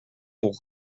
pour